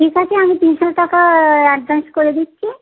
ঠিক আছে আমি তিনশো টাকা অ্যাডভান্স করে দিচ্ছি